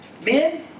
Men